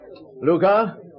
Luca